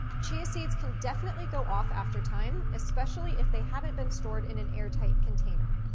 chia seeds can definitely go off after time, specially if they haven't been stored in an air-tight container.